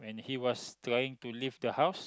he was trying to leave the house